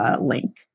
link